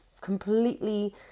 completely